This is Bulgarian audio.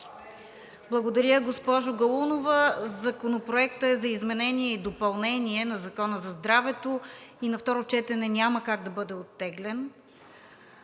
Благодаря, госпожо Галунова. Законопроектът е за изменение и допълнение на Закона за здравето и на второ четене няма как да бъде оттеглен.